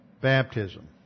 baptism